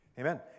Amen